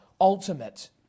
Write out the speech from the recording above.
ultimate